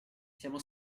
siamo